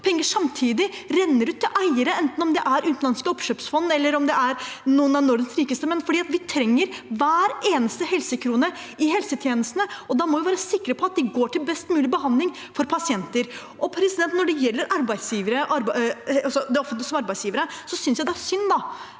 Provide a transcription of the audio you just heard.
penger samtidig renner ut til eiere, enten det er utenlandske oppkjøpsfond eller det er noen av Norges rikeste menn. Vi trenger hver eneste helsekrone i helsetjenestene, og da må vi være sikre på at de går til best mulig behandling for pasienter. Når det gjelder de offentlige som arbeidsgivere: Hvis vi og Høyre er